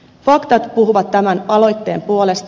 faktat puhuvat tämän aloitteen puolesta